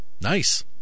Nice